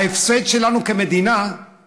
ההפסד שלנו כמדינה הוא